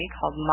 called